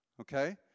Okay